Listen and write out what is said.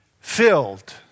filled